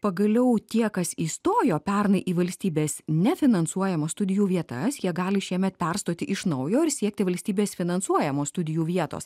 pagaliau tie kas įstojo pernai į valstybės nefinansuojamas studijų vietas jie gali šiemet perstoti iš naujo ir siekti valstybės finansuojamos studijų vietos